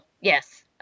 yes